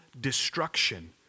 destruction